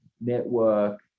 Network